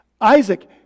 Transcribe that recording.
Isaac